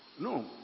No